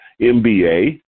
MBA